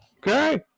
Okay